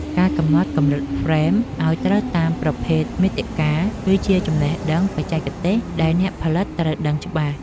ការកំណត់កម្រិតហ្វ្រេម ឱ្យត្រូវតាមប្រភេទមាតិកា គឺជាចំណេះដឹងបច្ចេកទេសដែលអ្នកផលិតត្រូវដឹងច្បាស់។